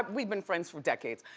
we've been friends for decades.